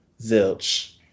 Zilch